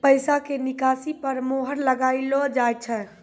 पैसा के निकासी पर मोहर लगाइलो जाय छै